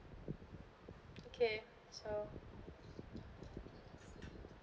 okay so